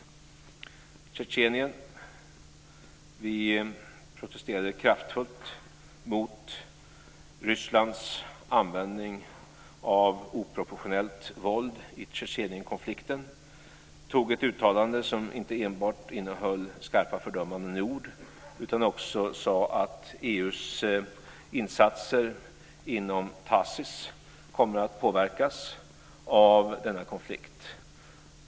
I fråga om Tjetjenien protesterade vi kraftfullt mot Rysslands användning av oproportionerligt våld i Tjetjenienkonflikten. Vi antog ett uttalande som inte enbart innehöll skarpa fördömanden i ord, utan vi sade också att EU:s insatser inom Tacis kommer att påverkas av denna konflikt.